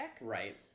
Right